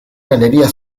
galería